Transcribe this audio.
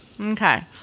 Okay